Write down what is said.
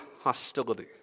hostility